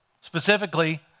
specifically